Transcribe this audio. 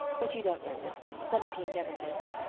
but you don't know this. seventeen never knows it.